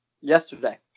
yesterday